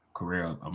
career